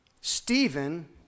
Stephen